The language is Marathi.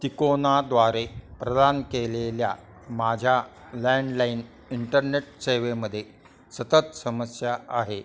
तिकोनाद्वारे प्रदान केलेल्या माझ्या लँडलाइन इंटरनेट सेवेमध्ये सतत समस्या आहे